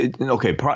Okay